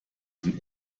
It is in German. zum